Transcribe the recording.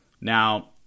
now